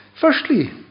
Firstly